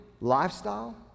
lifestyle